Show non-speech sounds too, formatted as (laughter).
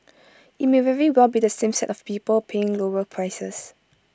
(noise) IT may very well be the same set of people paying lower prices